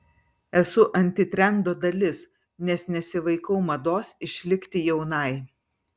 esu antitrendo dalis nes nesivaikau mados išlikti jaunai